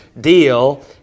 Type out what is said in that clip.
deal